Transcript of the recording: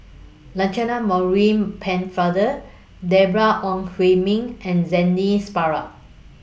Lancelot Maurice Pennefather Deborah Ong Hui Min and Zainal Sapari